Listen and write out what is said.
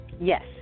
Yes